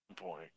boy